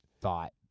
thought